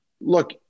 look